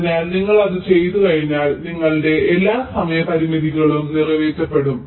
അതിനാൽ നിങ്ങൾ അത് ചെയ്തുകഴിഞ്ഞാൽ നിങ്ങളുടെ എല്ലാ സമയ പരിമിതികളും നിറവേറ്റപ്പെടും